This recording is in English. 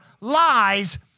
lies